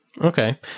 Okay